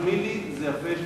להחמיא לי זה יפה,